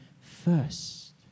first